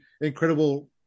incredible